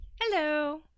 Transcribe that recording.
Hello